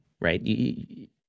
right